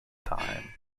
time